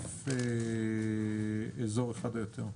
לכתוב: אזור אחד או יותר.